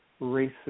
racist